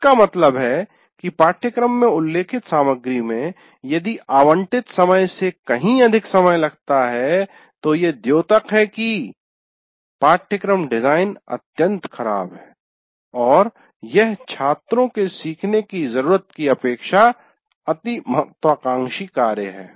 इसका मतलब है कि पाठ्यक्रम में उल्लेखित सामग्री में यदि आवंटित समय से कहीं अधिक समय लगता है तो ये धोतक है की पाठ्यक्रम डिजाईन अत्यंत ख़राब है और यह छात्रों के सीखने की जरूरत की अपेक्षा अति महत्वाकांक्षी कार्य है